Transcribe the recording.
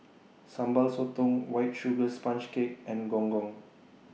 Sambal Sotong White Sugar Sponge Cake and Gong Gong